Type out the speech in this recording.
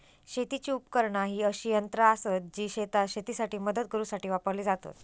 शेतीची उपकरणा ही अशी यंत्रा आसत जी शेतात शेतीसाठी मदत करूसाठी वापरली जातत